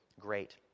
great